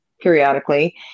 periodically